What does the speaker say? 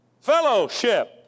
Fellowship